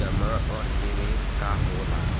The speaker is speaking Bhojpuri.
जमा और निवेश का होला?